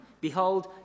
Behold